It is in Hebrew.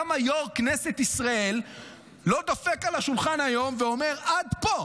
למה יו"ר כנסת ישראל לא דופק על השולחן היום ואומר: עד פה?